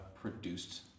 produced